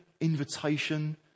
invitation